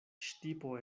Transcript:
ŝtipo